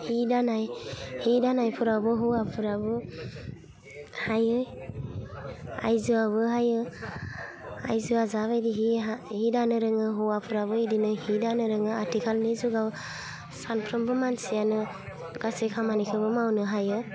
हि दानाय हि दानायफोरावबो हौवाफ्राबो हायो आइजोआबो हायो आइजोआ जा बायदि हि हा हि दानो रोङो हैवाफ्राबो बिदिनो हि दानो रोङो आथिखालनि जुगाव सानफ्रोमबो मानसियानो गासै खामानिखौबो मावनो हायो